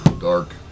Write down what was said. dark